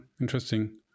Interesting